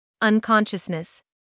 unconsciousness